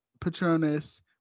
Patronus